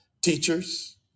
teachers